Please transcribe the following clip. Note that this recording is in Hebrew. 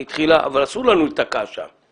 היא התחילה אבל אסור לנו להיתקע שם.